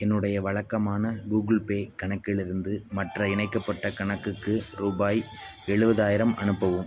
என்னுடைய வழக்கமான Google Pay கணக்கிலிருந்து மற்ற இணைக்கப்பட்ட கணக்குக்கு ரூபாய் எழுபதாயிரம் அனுப்பவும்